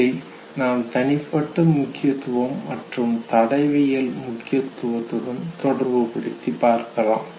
இதை நாம் தனிப்பட்ட முக்கியத்துவம் மற்றும் தடயவியல் முக்கியத்துவத்துடன் தொடர்புபடுத்தி பார்க்கலாம்